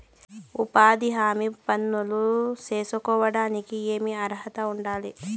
ఉపాధి హామీ పనులు సేసుకోవడానికి ఏమి అర్హత ఉండాలి?